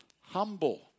humble